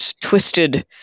Twisted